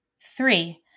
Three